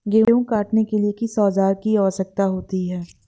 गेहूँ काटने के लिए किस औजार की आवश्यकता होती है?